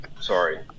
sorry